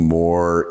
more